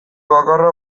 bakarra